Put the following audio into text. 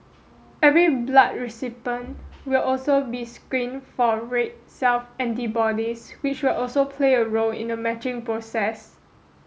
every blood recipient will also be screened for red cell antibodies which also play a role in the matching process